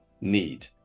need